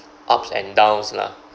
ups and downs lah